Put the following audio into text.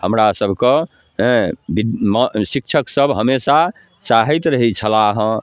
हमरा सभके हेँ बि शिक्षकसभ हमेशा चाहैत रहै छलाह हँ